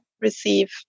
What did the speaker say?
receive